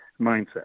mindset